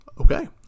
okay